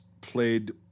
played